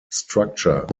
structure